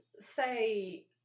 say